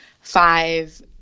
five